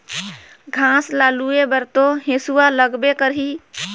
घास ल लूए बर तो हेसुआ लगबे करही